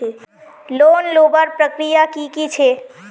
Loan लुबार प्रक्रिया की की छे?